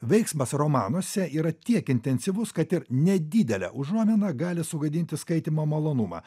veiksmas romanuose yra tiek intensyvus kad ir nedidelė užuomina gali sugadinti skaitymo malonumą